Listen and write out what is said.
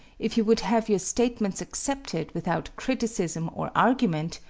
if you would have your statements accepted without criticism or argument,